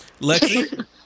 Lexi